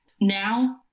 now